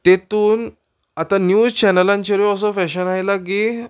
तितून आतां न्यूज चॅनलांचेंरूय असो फॅशन आयला की